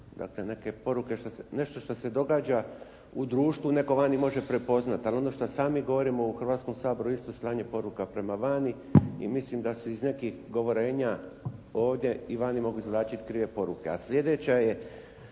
dakle nešto što se događa u društvu netko može prepoznati, ali ono što sami govorimo u Hrvatskom saboru isto slanje poruka prema vani i mislim da se iz nekih govorenja ovdje i vani mogu izvlačiti krive poruke.